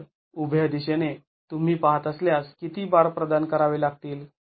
तर उभ्या दिशेने तुम्ही पहात असल्यास किती बार प्रदान करावे लागतील